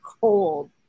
cold